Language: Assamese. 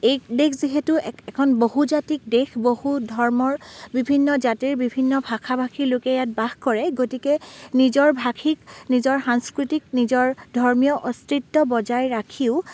এই দেশ যিহেতু এ এক এখন বহুজাতিক দেশ বহু ধৰ্মৰ বিভিন্ন জাতিৰ বিভিন্ন ভাষা ভাষীৰ লোকে ইয়াত বাস কৰে গতিকে নিজৰ ভাষিক নিজৰ সাংস্কৃতিক নিজৰ ধৰ্মীয় অস্তিত্ব বজাই ৰাখিও